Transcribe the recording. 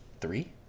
three